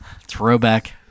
Throwback